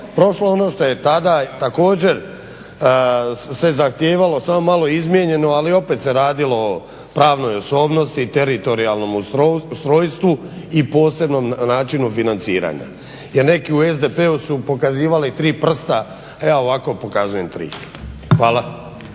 prošlo ono što je tada također se zahtijevalo, samo malo izmijenjeno ali opet se radilo o pravnoj osobnosti, teritorijalnom ustrojstvu i posebno načinu financiranja. Jer neki u SDP-u su pokazivali tri prsta, evo ovako pokazujem tri. Hvala.